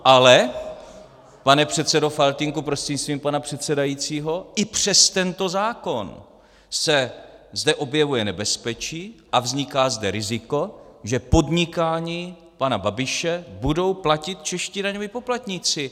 Ale pane předsedo Faltýnku prostřednictvím pana předsedajícího, i přes tento zákon se zde objevuje nebezpečí a vzniká zde riziko, že podnikání pana Babiše budou platit čeští daňoví poplatníci.